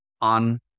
on